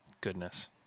goodness